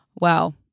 Wow